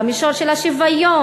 במישור של השוויון,